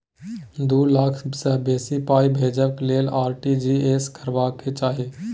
दु लाख सँ बेसी पाइ भेजबाक लेल आर.टी.जी एस करबाक चाही